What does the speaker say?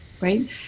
right